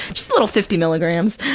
just a little fifty milligrams,